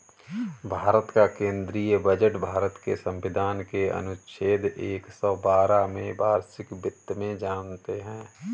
भारत का केंद्रीय बजट भारत के संविधान के अनुच्छेद एक सौ बारह में वार्षिक वित्त में जानते है